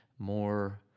more